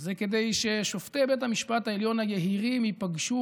זה כדי ששופטי בית המשפט העליון היהירים ייפגשו